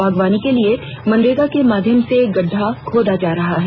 बागवानी के लिए मनरेगा के माध्यम से गड़ढा खोदा जा रहा है